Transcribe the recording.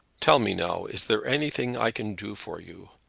tell me now is there anything i can do for you?